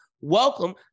welcome